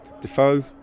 Defoe